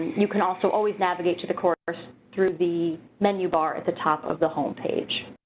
you can also always navigate to the course through the menu bar at the top of the homepage.